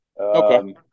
Okay